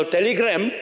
Telegram